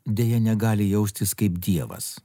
deja negali jaustis kaip dievas